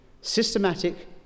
systematic